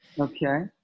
Okay